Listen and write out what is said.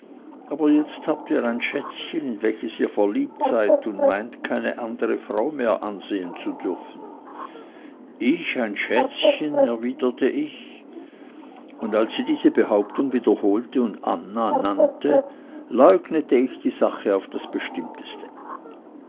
aber jetzt habt ihr ein schätzchen in welches ihr verliebt seid und meint keine andere frau mehr ansehen zu dürfen ich ein schätzchen erwiderte ich und als sie diese behauptung wiederholte und anna nannte leugnete ich die sache auf das bestimmteste